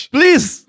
Please